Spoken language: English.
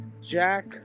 Jack